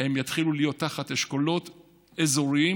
יתחילו להיות תחת אשכולות אזוריים.